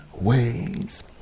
ways